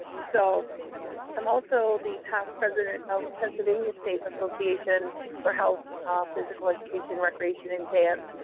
so i'm also the past president of pennsylvania state association for health, physical education, recreation and dance,